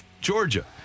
Georgia